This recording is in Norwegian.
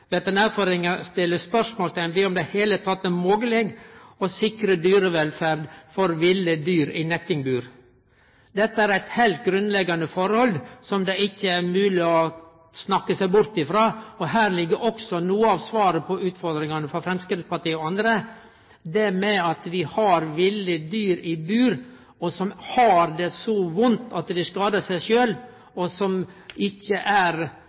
det heile er mogleg å sikre dyrevelferd for ville dyr i nettingbur. Dette er eit heilt grunnleggjande forhold som det ikkje er mogleg å snakke seg bort frå. Her ligg òg noko av svaret på utfordringane frå Framstegspartiet og andre: Det at vi har ville dyr i bur som har det så vondt at dei skader seg sjølve, og som ikkje er